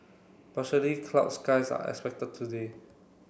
clouds skies are expected today